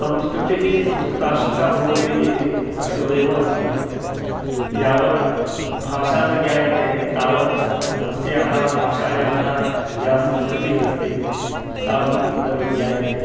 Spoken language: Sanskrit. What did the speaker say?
संस्कृतिः संस्कृताश्रिता भवति इति सत्यमेव अस्ति यावत् भाषा न ज्ञायते तावत् तस्याः भाषायाः या संस्कृतिः अस्ति सापि न विज्ञायते